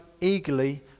eagerly